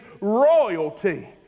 royalty